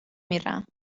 میرم